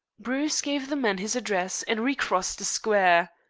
bruce gave the man his address and recrossed the square.